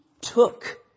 took